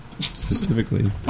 Specifically